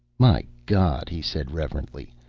my god, he said reverently,